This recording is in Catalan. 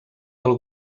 del